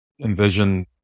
envision